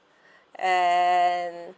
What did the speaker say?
and